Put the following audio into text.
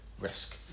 risk